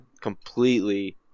completely